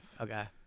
Okay